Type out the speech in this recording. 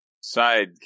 Side